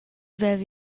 veva